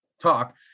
talk